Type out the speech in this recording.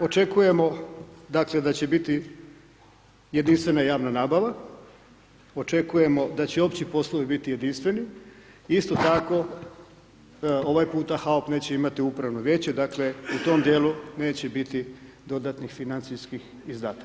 Očekujemo da će biti jedinstvena javna nabava, očekujemo da će opći poslovi biti jedinstveni, isto tako, ovaj puta … neće imati upravno vijeće, dakle, u tom dijelu neće biti dodatnih financijskih izdataka.